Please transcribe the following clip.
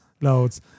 Loads